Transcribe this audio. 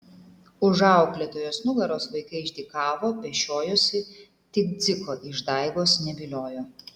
už auklėtojos nugaros vaikai išdykavo pešiojosi tik dziko išdaigos neviliojo